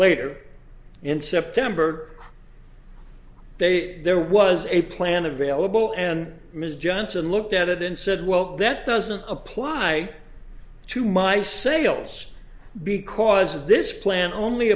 later in september they there was a plan available and ms johnson looked at it and said well that doesn't apply to my sales because this plan only